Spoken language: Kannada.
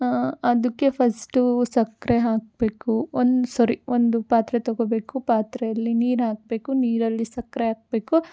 ಅದಕ್ಕೆ ಫಸ್ಟು ಸಕ್ಕರೆ ಹಾಕ್ಬೇಕು ಒಂದು ಸೊರಿ ಒಂದು ಪಾತ್ರೆ ತಗೋಬೇಕು ಪಾತ್ರೆಯಲ್ಲಿ ನೀರು ಹಾಕಬೇಕು ನೀರಲ್ಲಿ ಸಕ್ಕರೆ ಹಾಕ್ಬೇಕು